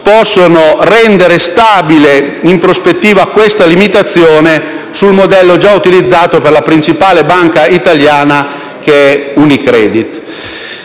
possano rendere stabile in prospettiva questa limitazione sul modello già utilizzato per la principale banca italiana, che è Unicredit.